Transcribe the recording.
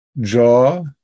jaw